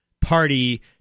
party